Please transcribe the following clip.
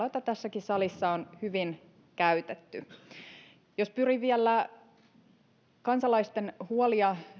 joita tässäkin salissa on hyvin käytetty pyrin vielä hälventämään kansalaisten mahdollisia huolia